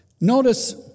Notice